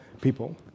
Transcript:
people